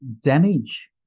damage